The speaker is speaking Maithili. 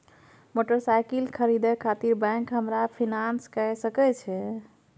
मोटरसाइकिल खरीदे खातिर बैंक हमरा फिनांस कय सके छै?